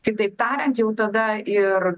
kitaip tariant jau tada ir